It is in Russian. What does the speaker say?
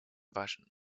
важен